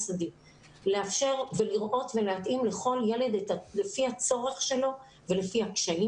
מאפשר להתאים לכל ילד לפי הצורך שלו ולפי הקשיים